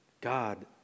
God